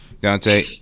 Dante